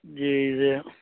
जाहि से